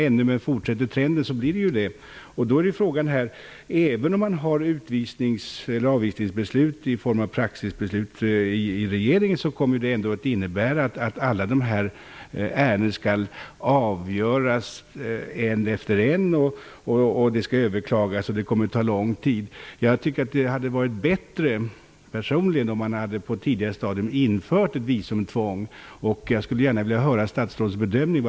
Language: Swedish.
Även om regeringen följer praxis och fattar avvisningsbeslut måste alla dessa ärenden avgöras ett efter ett. Ärenden kommer att överklagas. Det kommer alltså att ta lång tid. Personligen tycker jag att det hade varit bättre om man på ett tidigare stadium hade infört ett visumtvång. Jag skulle gärna vilja höra statsrådets bedömning.